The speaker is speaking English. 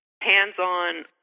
hands-on